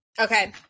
Okay